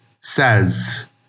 says